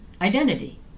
identity